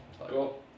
Cool